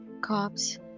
cops